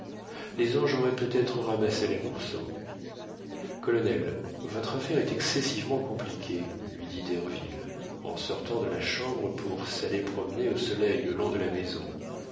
les anges auraient peut-être ramassé les morceaux colonel votre affaire est excessivement compliquée lui dit derville en sortant de la chambre pour s'aller promener au soleil le long de la maison